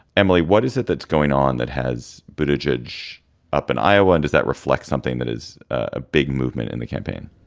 emily, what is it that's going on that has been adjudge up in iowa? and does that reflect something that is a big movement in the campaign?